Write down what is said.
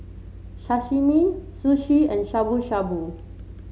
Sashimi Sushi and Shabu Shabu